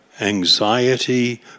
anxiety